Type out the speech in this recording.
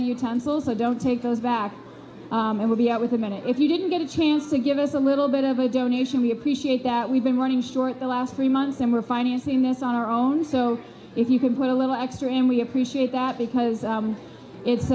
our utensils or don't take those back and we'll be out with a minute if you didn't get a chance to give us a little bit of a donation we appreciate that we've been running short the last three months and we're financing this on our own so if you can put a little extra in we appreciate that because it's